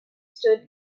stood